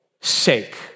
sake